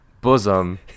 bosom